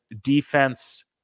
defense